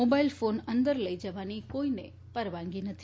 mobile phone અંદર લઈ જવાની કોઈને પરવાનગી નથી